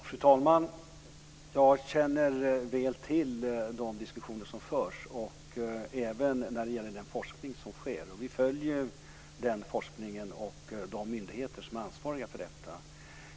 Fru talman! Jag känner väl till de diskussioner som förs och även den forskning som sker. Vi följer forskningen och de myndigheter som är ansvariga för detta.